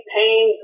pain